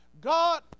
God